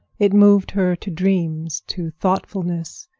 it moved her to dreams, to thoughtfulness,